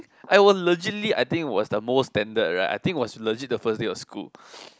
I would legitly I think was the most standard right I think was legit the first day of school